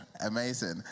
Amazing